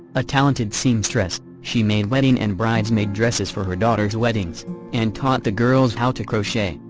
a talented seamstress, she made wedding and bridesmaid dresses for her daughters' weddings and taught the girls how to crochet,